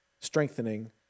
strengthening